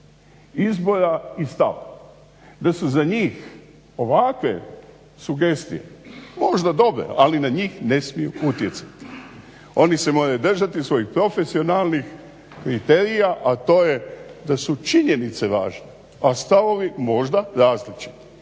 izbora i stava, da su za njih ovakve sugestije možda dobre ali na njih ne smiju utjecati. Oni se moraju držati svojih profesionalnih kriterija, a to je da su činjenice važne, a stavovi možda različiti